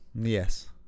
Yes